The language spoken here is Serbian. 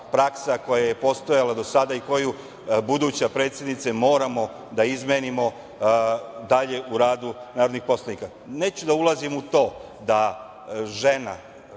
praksa koja je postojala do sada i koju, buduća predsednice, moramo da izmenimo dalje u radu narodnih poslanika. Neću da ulazim u to da žena